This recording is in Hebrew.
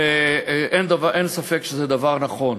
אין ספק שזה דבר נכון.